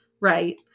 Right